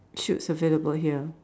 shoots available here